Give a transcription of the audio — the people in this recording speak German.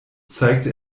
zeigte